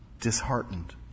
Disheartened